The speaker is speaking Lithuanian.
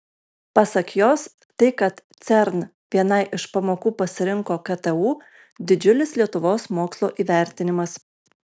pasak jos tai kad cern vienai iš pamokų pasirinko ktu didžiulis lietuvos mokslo įvertinimas